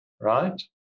right